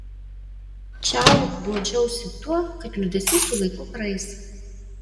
čiau guodžiausi tuo kad liūdesys su laiku praeis